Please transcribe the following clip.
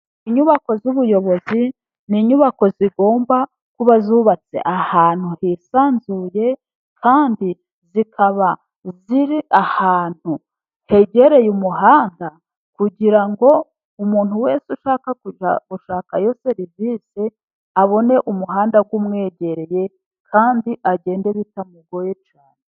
Inyubako z'ubuyobozi: n'inyubako zigomba kuba zubatse ahantu hisanzuye kandi zikaba ziri ahantu hegereye umuhanda, kugira ngo umuntu wese ushaka kujya gushakayo serivisi abone umuhanda umwegereye kandi agende bitamugoye cyane.